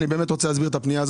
אני באמת רוצה להסביר את הפנייה.